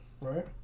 Right